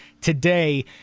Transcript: today